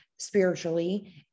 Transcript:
spiritually